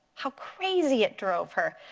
how crazy it drove her.